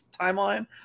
timeline